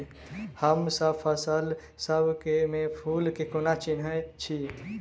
हमसब फसल सब मे फूल केँ कोना चिन्है छी?